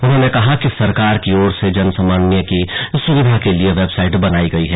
उन्होंने कहा कि सरकार की ओर से जनसामान्य की सुविधा के लिए वेबसाइट बनाई गई है